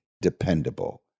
dependable